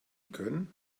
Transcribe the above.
können